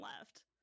left